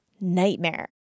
nightmare